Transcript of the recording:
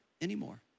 anymore